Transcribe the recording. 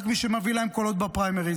רק מי שמביא להם קולות בפריימריז.